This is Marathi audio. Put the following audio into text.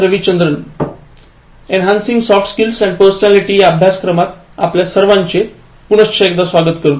Ravichandran "enhancing soft skills and personality" या अभ्यासक्रमात आपल्या सर्वांचे पुनःश्च एकदा स्वागत करतो